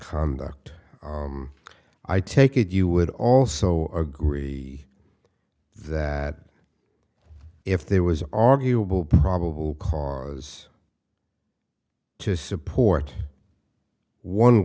conduct i take it you would also agree that if there was an arguable probable cause to support one